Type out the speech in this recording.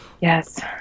yes